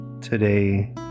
today